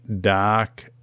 doc